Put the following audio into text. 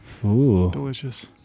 Delicious